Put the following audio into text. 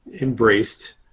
embraced